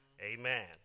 Amen